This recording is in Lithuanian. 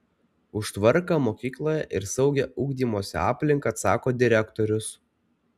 už tvarką mokykloje ir saugią ugdymosi aplinką atsako direktorius